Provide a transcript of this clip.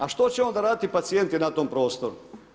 A što će onda raditi pacijenti na tom prostoru?